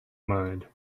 mind